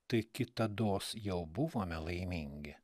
tai kitados jau buvome laimingi